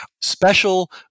special